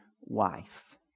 wife